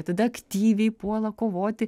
tada aktyviai puola kovoti